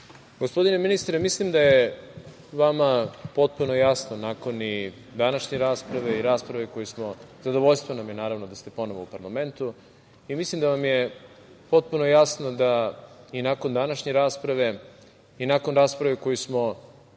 poslanici. Gospodine ministre mislim da je vama potpuno jasno nakon današnje rasprave i rasprave, zadovoljstvo nam je da ste ponovo u parlamentu. Mislim da je potpuno jasno da i nakon današnje rasprave i nakon rasprave koju smo